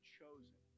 chosen